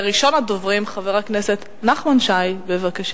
ראשון הדוברים, חבר הכנסת נחמן שי, בבקשה.